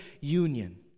union